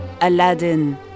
Aladdin